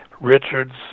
Richards